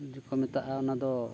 ᱡᱮᱠᱚ ᱠᱚ ᱢᱮᱛᱟᱜᱼᱟ ᱚᱱᱟ ᱫᱚ